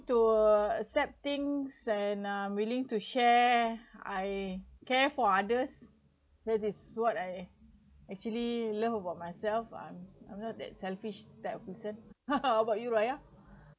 to accept things and I’m willing to share I care for others this is what I actually love about myself I'm I'm not that selfish type of person how about you raya